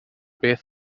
beth